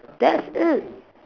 that's it